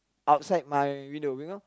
outside my window you know